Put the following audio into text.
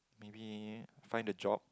maybe find a job